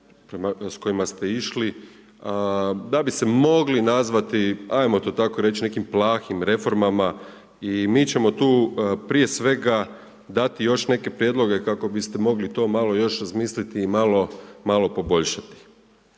s kojima ste išli da bi se mogli nazvati, ajmo to tako reći nekim plahim reformama i mi ćemo tu prije svega dati još neke prijedloge kako biste mogli to malo još razmisliti i malo poboljšati.